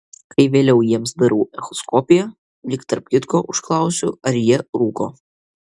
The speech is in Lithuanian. kai vėliau jiems darau echoskopiją lyg tarp kitko užklausiu ar jie rūko